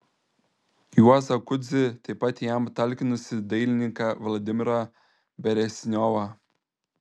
juozą kudzį taip pat jam talkinusį dailininką vladimirą beresniovą